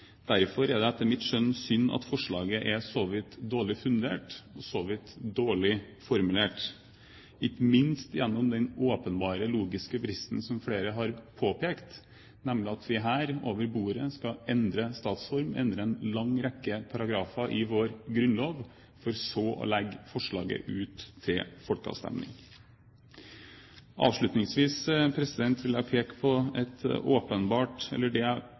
Derfor er det etter mitt skjønn synd at forslaget er så vidt dårlig fundert og så vidt dårlig formulert, ikke minst gjennom den åpenbare logiske bristen, som flere har påpekt, nemlig at vi her over bordet skal endre statsform, endre en lang rekke paragrafer i vår grunnlov, for så å legge forslaget ut til folkeavstemning. Avslutningsvis vil jeg peke på det jeg vil tro er et åpenbart